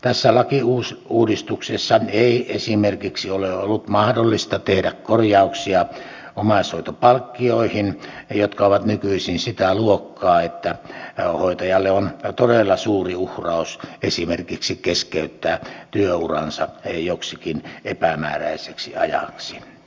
tässä lakiuudistuksessa ei esimerkiksi ole ollut mahdollista tehdä korjauksia omaishoitopalkkioihin jotka ovat nykyisin sitä luokkaa että hoitajalle on todella suuri uhraus esimerkiksi keskeyttää työuransa joksikin epämääräiseksi ajaksi